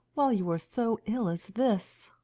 while you are so ill as this